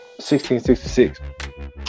1666